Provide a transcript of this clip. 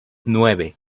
nueve